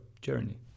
journey